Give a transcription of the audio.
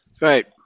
Right